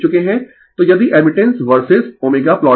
Refer slide Time 2615 तो यदि admittance versus ω plot करें